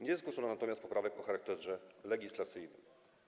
Nie zgłoszono natomiast poprawek o charakterze legislacyjnym.